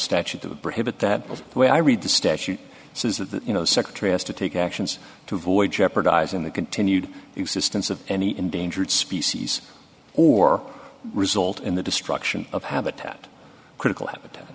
statute of bridget that way i read the statute says that you know secretary has to take actions to avoid jeopardizing the continued existence of any endangered species or result in the destruction of habitat critical habit